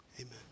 amen